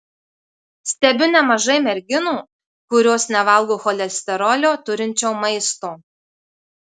stebiu nemažai merginų kurios nevalgo cholesterolio turinčio maisto